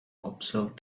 observe